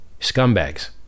Scumbags